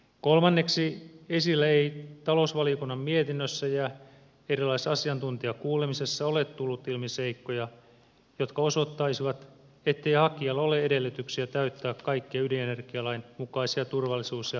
kolmanneksi esille ei talousvaliokunnan mietinnössä ja erilaisissa asiantuntijakuulemisissa ole tullut seikkoja jotka osoittaisivat ettei hakijalla ole edellytyksiä täyttää kaikkia ydinenergialain mukaisia turvallisuus ja ympäristövaatimuksia